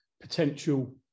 potential